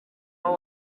aho